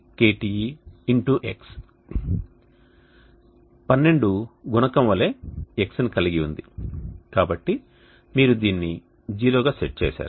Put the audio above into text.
12 గుణకం వలె xని కలిగి ఉంది కాబట్టి మీరు దీన్ని 0గా సెట్ చేసారు